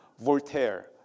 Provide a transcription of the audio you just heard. Voltaire